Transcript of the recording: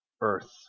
earth